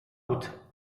route